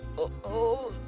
oh!